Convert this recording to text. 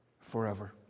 forever